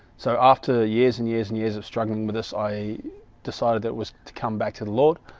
so after years and years and years of struggling with us i decided that was to come back to the lord